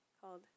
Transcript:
called